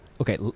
Okay